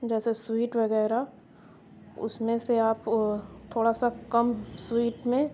جیسے سوئیٹ وغیرہ اس میں سے آپ تھوڑا سا کم سوئیٹ میں